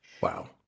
Wow